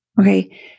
Okay